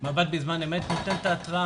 מב"ד בזמן אמת נותן את ההתרעה.